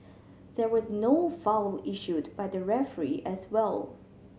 there was no foul issued by the referee as well